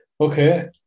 Okay